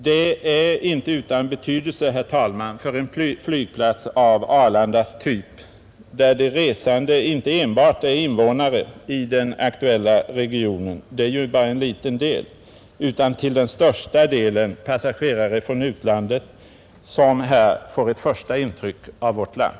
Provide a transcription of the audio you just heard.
Det är inte utan betydelse, herr talman, för en flygplats av Arlandas typ, där de resande inte enbart är invånare i den aktuella regionen — och de utgör ju bara en liten del — utan till största delen passagerare från utlandet, som här får ett första intryck av vårt land.